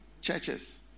churches